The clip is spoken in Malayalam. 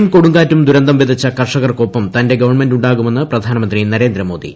മഴയും കൊടുങ്കാറ്റും ദുരന്തം വിതച്ച കർഷകർക്കൊപ്പം തന്റെ ഗവൺമെന്റ് ാകുമെന്ന് പ്രധാനമന്ത്രി നരേന്ദ്രമോദി